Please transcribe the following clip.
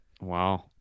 Wow